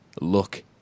look